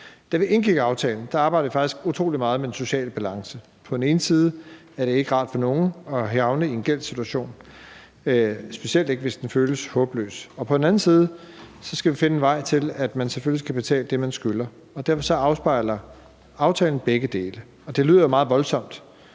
Da vi indgik aftalen, arbejdede vi faktisk utrolig meget med den sociale balance. På den ene side er det ikke rart for nogen at havne i en gældssituation, specielt ikke, hvis den føles håbløs, og på den anden side skal vi finde en vej til, at man selvfølgelig skal betale det, man skylder, og derfor afspejler aftalen begge dele. Det lyder meget voldsomt,